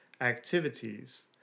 activities